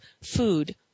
food